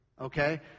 Okay